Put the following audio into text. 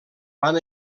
van